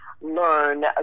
learn